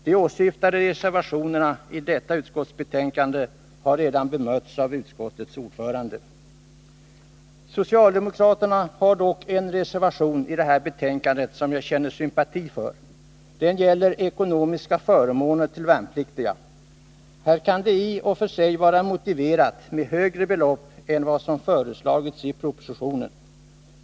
De åsyftade reservationerna i detta utskottsbetänkande har redan bemötts av utskottets ordförande. Socialdemokraterna har dock fogat en reservation till det här betänkandet som jag känner sympati för. Den gäller ekonomiska förmåner till värnpliktiga. Här kan det i och för sig vara motiverat med högre belopp än vad som föreslagits i propositionen.